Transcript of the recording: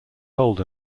hold